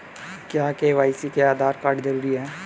क्या के.वाई.सी में आधार कार्ड जरूरी है?